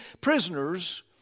prisoners